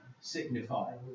signify